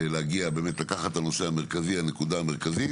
להגיע באמת לקחת את הנושא המרכזי הנקודה המרכזית